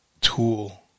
tool